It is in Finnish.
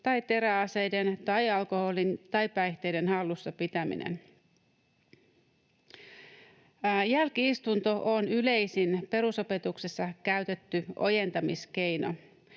tai teräaseiden tai alkoholin tai päihteiden hallussa pitäminen. Jälki-istunto on yleisin perusopetuksessa käytetty ojentamiskeino.